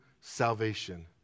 salvation